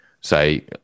say